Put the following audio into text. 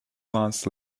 months